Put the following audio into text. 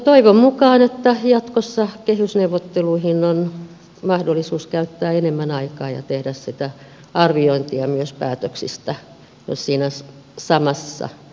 toivon mukaan jatkossa kehysneuvotteluihin on mahdollisuus käyttää enemmän aikaa ja tehdä sitä arviointia myös päätöksistä jo siinä samassa yhteydessä